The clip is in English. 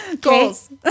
Goals